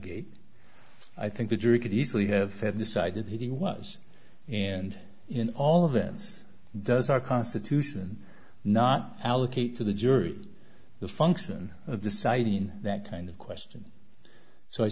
gate i think the jury could easily have decided he was and in all of this does our constitution not allocate to the jury the function of deciding that kind of question so i